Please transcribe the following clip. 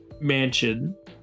mansion